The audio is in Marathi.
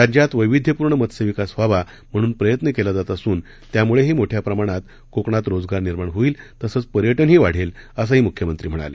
राज्यात वैविध्यपूर्ण मत्स्य विकास व्हावा म्हणून प्रयत्न करण्यात येत असून त्यामुळेही मोठ्या प्रमाणावर कोकणात रोजगार निर्माण होईल तसंच पर्यटनही वाढेल असंही मुख्यमंत्री म्हणाले